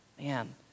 Man